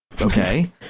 okay